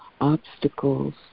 obstacles